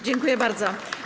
Dziękuję bardzo.